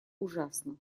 ужасно